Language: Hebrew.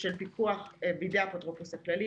של פיקוח בידי האפוטרופוס הכללי,